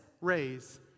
raise